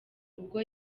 ubwo